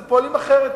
אז הם פועלים אחרת,